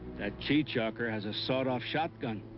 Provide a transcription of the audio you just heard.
that cheechako has a sawed-off shotgun.